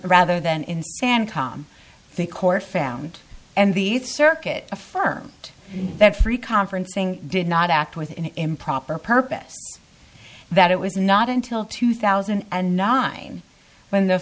rather than in san calm the court found and these circuit affirm that free conferencing did not act with an improper purpose that it was not until two thousand and nine when the